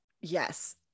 Yes